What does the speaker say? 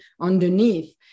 underneath